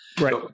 Right